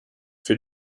für